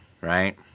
right